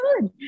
good